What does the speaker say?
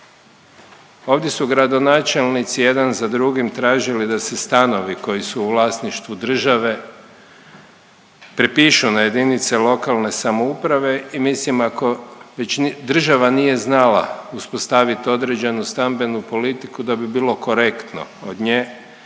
Ovdje su gradonačelnici jedan za drugim tražili da se stanovi koji su u vlasništvu države prepišu ja jedinice lokalne samouprave i mislim ako već država nije znala uspostavit određenu stambenu politiku da bi bilo korektno od nje